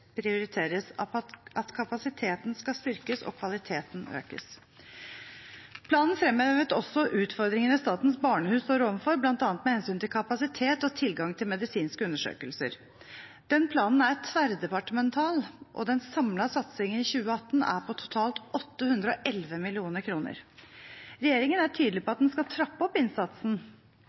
at kapasiteten skal styrkes, og at kvaliteten skal økes. Planen fremhevet også utfordringene Statens barnehus står overfor, bl.a. med hensyn til kapasitet og tilgang til medisinske undersøkelser. Planen er tverrdepartemental, og den samlede satsingen i 2018 er på totalt 811 mill. kr. Regjeringen er tydelig på at den skal trappe opp innsatsen.